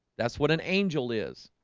that's what an angel is